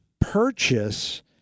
purchase